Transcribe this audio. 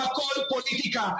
הכול פוליטיקה.